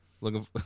Looking